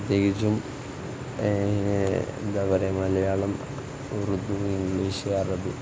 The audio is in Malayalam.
പ്രത്യേകിച്ചും എന്താ പറയുക മലയാളം ഉറുദു ഇംഗ്ലീഷ് അറബിക്